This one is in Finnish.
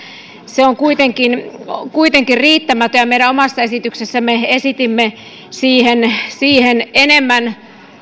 se on kuitenkin kuitenkin riittämätön ja omassa esityksessämme esitimme siihen siihen enemmän